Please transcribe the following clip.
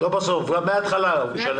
כמה הוא מקבל לפי מטופל?